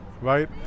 right